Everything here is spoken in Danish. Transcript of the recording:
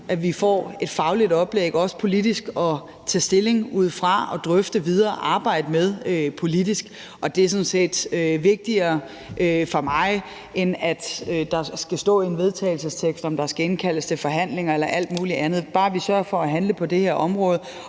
at vi får et fagligt oplæg, også politisk, at tage stilling ud fra og drøfte videre og arbejde med politisk. Det er sådan set vigtigere for mig, end at der i en vedtagelsestekst skal stå, om der skal indkaldes til forhandlinger eller alt muligt andet; bare vi sørger for at handle på det her område.